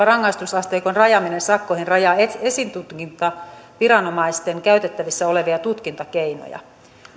rangaistusasteikon rajaaminen sakkoihin rajaa esitutkintaviranomaisten käytettävissä olevia tutkintakeinoja